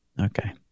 Okay